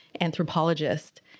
anthropologist